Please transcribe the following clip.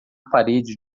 parede